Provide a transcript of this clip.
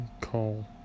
call